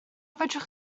fedrwch